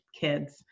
kids